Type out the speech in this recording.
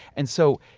and so,